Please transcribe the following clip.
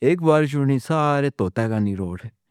تے اک وار شروع نئیں سارے طوطے دا روڈ۔